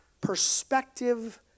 perspective